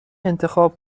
انتخاب